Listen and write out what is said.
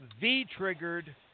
V-triggered